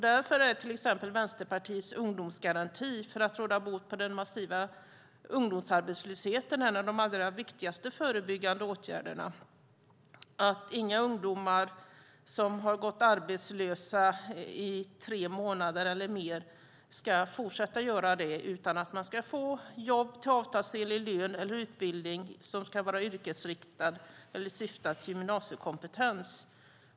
Därför är till exempel Vänsterpartiets ungdomsgaranti för att råda bot på den massiva ungdomsarbetslösheten en av allra viktigaste förebyggande åtgärderna. Inga ungdomar som har gått arbetslösa i tre månader eller mer ska behöva göra det, utan de ska få jobb till avtalsenlig lön eller utbildning som ska vara yrkesinriktad eller syfta till gymnasiekompetens.